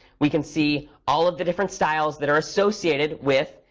we can see all of the different styles that are associated with,